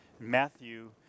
Matthew